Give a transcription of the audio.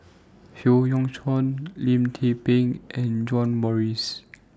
Howe Yoon Chong Lim Tze Peng and John Morrice